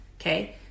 okay